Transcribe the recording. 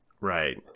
Right